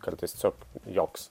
kartais tiesiog joks